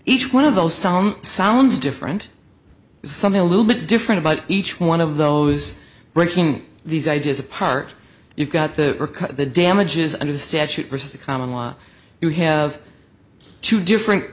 each one of those some sounds different something a little bit different but each one of those breaking these ideas apart you've got the the damages under the statute versus the common law you have two different